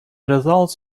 results